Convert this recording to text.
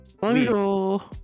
Bonjour